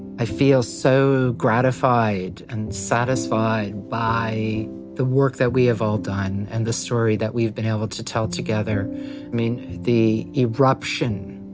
i feel so gratified and satisfied by the work that we have all done and the story that we have been able to tell together, i mean, the eruption.